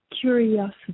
curiosity